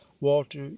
walter